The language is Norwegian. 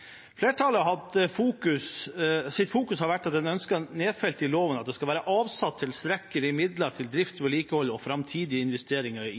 Flertallet har fokusert på at en ønsker nedfelt i loven at det skal være avsatt tilstrekkelige midler til drift, vedlikehold og framtidige investeringer i